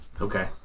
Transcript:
Okay